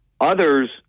Others